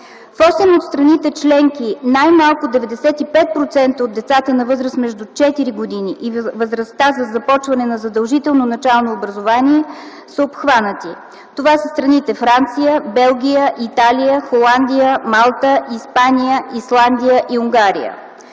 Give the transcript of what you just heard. В осем от страните членки най-малко 95% от децата на възраст между 4 години и възрастта за започване на задължително начално образование са обхванати. Това са страните Франция, Белгия, Италия, Холандия, Малта, Испания, Исландия и Унгария.